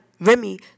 Remy